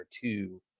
two